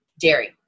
dairy